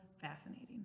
fascinating